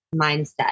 mindset